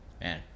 Man